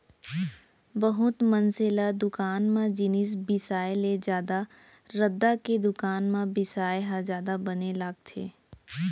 बहुत मनसे ल दुकान म जिनिस बिसाय ले जादा रद्दा के दुकान म बिसाय ह जादा बने लागथे